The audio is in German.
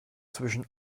zwischen